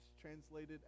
translated